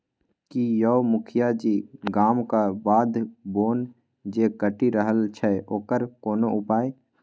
की यौ मुखिया जी गामक बाध बोन जे कटि रहल छै ओकर कोनो उपाय